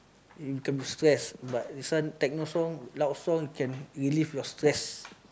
in term stress but listen techno song loud song can relieve your stress